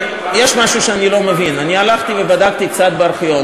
יש משהו שאני לא מבין: אני הלכתי ובדקתי קצת בארכיון,